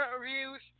reviews